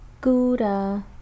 Gouda